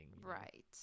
Right